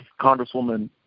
Congresswoman